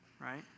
Right